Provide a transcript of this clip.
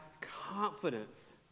confidence